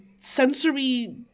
sensory